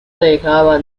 dejaba